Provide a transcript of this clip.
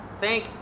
Thank